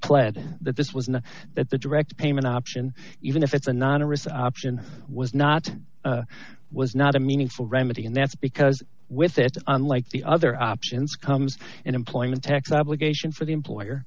pled that this was not that the direct payment option even if it's anonymous option was not was not a meaningful remedy and that's because with that unlike the other options comes in employment tax obligations for the employer